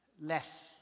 less